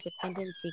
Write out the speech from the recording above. dependency